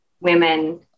women